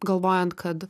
galvojant kad